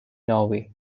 norway